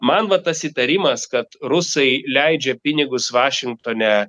man va tas įtarimas kad rusai leidžia pinigus vašingtone